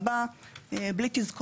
עוברים לשלב הבא בלי תזכורות.